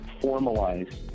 formalize